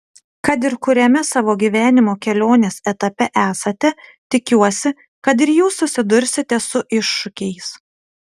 kad ir kuriame savo gyvenimo kelionės etape esate tikiuosi kad ir jūs susidursite su iššūkiais